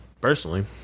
personally